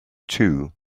too